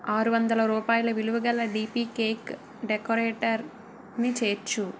ఆరు వందలు రూపాయల విలువగల డిపి కేక్ డెకోరేటర్ని చేర్చు